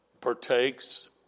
partakes